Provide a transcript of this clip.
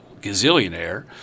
gazillionaire